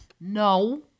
no